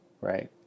right